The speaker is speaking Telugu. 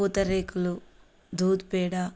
పూతరేకులు దూధ్పేడ